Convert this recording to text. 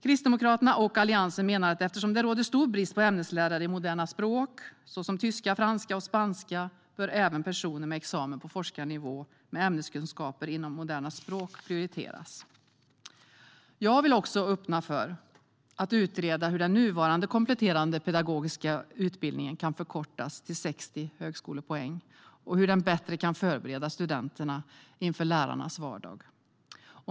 Kristdemokraterna och Alliansen menar att eftersom det råder stor brist på ämneslärare i moderna språk såsom tyska, franska och spanska bör även personer med examen på forskarnivå med ämneskunskaper inom moderna språk prioriteras. Jag vill också öppna för att utreda hur den nuvarande kompletterande pedagogiska utbildningen kan förkortas till 60 högskolepoäng och hur den bättre kan förbereda studenterna inför lärarnas vardag.